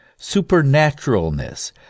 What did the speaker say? supernaturalness